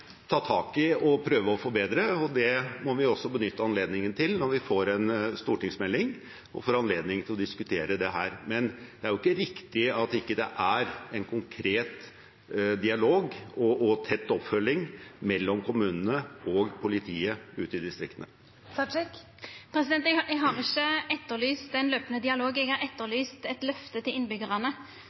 ta tak i og prøve å forbedre. Det må vi også benytte anledningen til når vi får en stortingsmelding og får anledning til å diskutere det her. Men det er jo ikke riktig at det ikke er en konkret dialog og tett oppfølging mellom kommunene og politiet ute i distriktene. Eg har ikkje etterlyst «en løpende dialog», eg har etterlyst eit løfte til